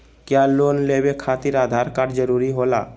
क्या लोन लेवे खातिर आधार कार्ड जरूरी होला?